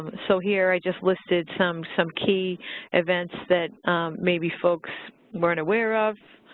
um so here i just listed some some key events that maybe folks weren't aware of,